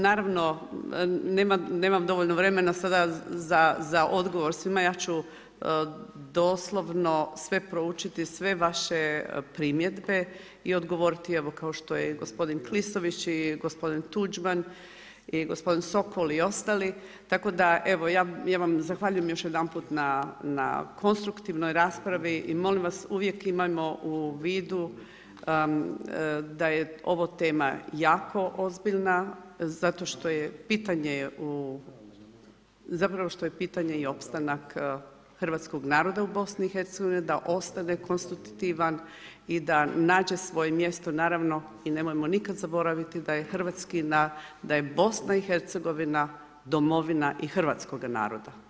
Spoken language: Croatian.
Naravno nemamo dovoljno vremena sada za odgovor svima, ja ću doslovno sve proučiti, sve vaše primjedbe i odgovoriti evo kao što je gospodin Klisović i gospodin Tuđman i gospodin Sokol i ostali, tako da evo, ja vam zahvaljujem još jedanput na konstruktivnoj raspravi i molim vas, uvijek imajmo u vidu da je ovo tema jako ozbiljna zapravo što je i pitanje i opstanka hrvatskog naroda u BiH-u da ostane konstitutivan i da nađe svoje mjesto i naravno nemojmo nikada zaboraviti da je BiH domovina i hrvatskoga naroda.